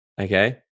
okay